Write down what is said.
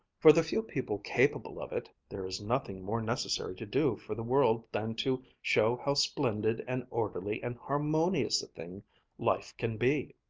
for the few people capable of it, there is nothing more necessary to do for the world than to show how splendid and orderly and harmonious a thing life can be.